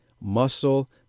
Muscle